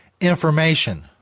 information